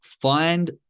find